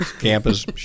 campus